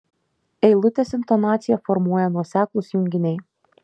eilutės intonaciją formuoja nuoseklūs junginiai